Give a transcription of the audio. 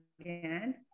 again